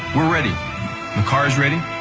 we're ready, the car's ready,